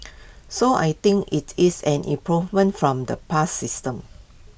so I think IT is an improvement from the past system